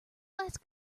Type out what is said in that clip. ask